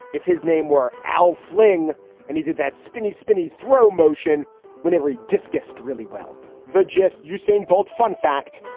if his name were al fling and he did that spinney's spinney's throw motion whenever he discussed really well the gist. usain bolt, fun fact.